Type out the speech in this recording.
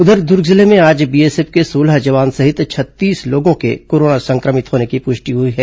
उधर दुर्ग जिले में आज बीएसएफ के सोलह जवान सहित छत्तीस लोगों के कोरोना संक्रमित होने की पुष्टि हुई है